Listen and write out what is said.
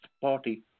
Party